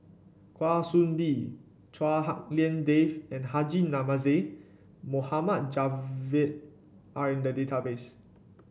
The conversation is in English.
Kwa Soon Bee Chua Hak Lien Dave and Haji Namazie Mohd Javad are in the database